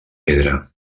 pedra